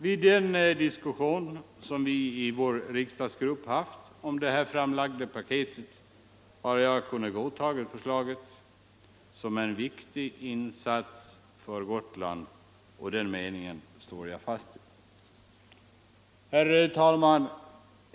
Vid den diskussion som vi i vår riksdagsgrupp haft om det framlagda paketet har jag kunnat godta förslaget som en viktig insats för Gotland, och den meningen står jag fast vid. Herr talman!